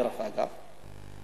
דרך אגב,